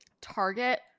Target